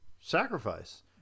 sacrifice